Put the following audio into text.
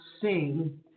sing